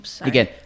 again